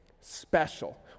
special